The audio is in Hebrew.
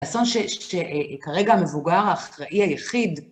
אסון שכרגע המבוגר האחראי היחיד